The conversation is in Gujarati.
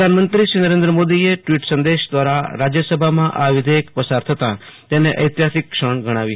પ્રધાનમંત્રી શ્રી નરેન્દ મોદીએ ટવીટ સંદેશ દ્વારા રાજ્યસભામાં આ વિધેયક પસાર થતાં તેને ઐતિહાસિક ક્ષણ ગણાવી હતી